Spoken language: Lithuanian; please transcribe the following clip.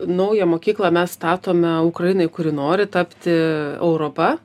naują mokyklą mes statome ukrainai kuri nori tapti europa